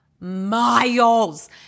miles